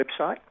website